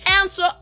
answer